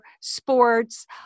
sports